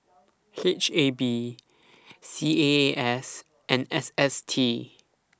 H A B C A A S and S S T